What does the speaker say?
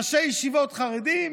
לראשי ישיבות חרדים